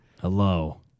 Hello